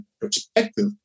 perspective